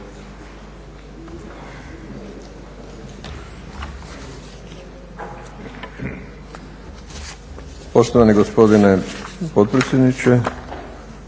Poštovani gospodine potpredsjedniče